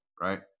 Right